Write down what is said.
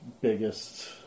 biggest